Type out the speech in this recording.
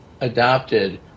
adopted